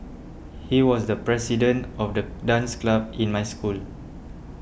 he was the president of the dance club in my school